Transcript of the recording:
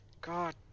God